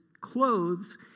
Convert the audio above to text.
clothes